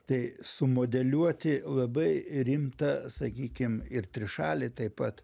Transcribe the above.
tai sumodeliuoti labai rimtą sakykim ir trišalį taip pat